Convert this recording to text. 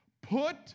Put